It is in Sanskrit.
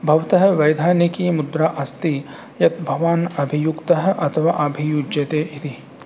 भवतः वैधानिकीमुद्रा अस्ति यत् भवान् अभियुक्तः अथवा अभियुज्यते इति